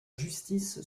justice